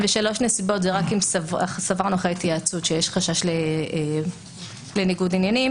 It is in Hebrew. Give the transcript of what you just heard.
ושלוש נקודות הן אם סברו אחרי התייעצות שיש חשש לניגוד עניינים.